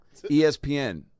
ESPN